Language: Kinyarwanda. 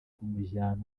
kumujyana